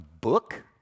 book